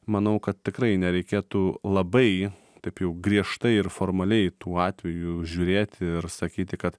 manau kad tikrai nereikėtų labai taip jau griežtai ir formaliai tuo atveju žiūrėti ir sakyti kad